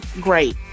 great